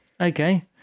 Okay